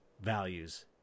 values